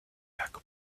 lacs